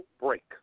break